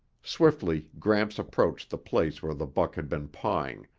swiftly gramps approached the place where the buck had been pawing,